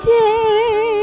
day